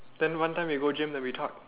then one time we go gym then we talk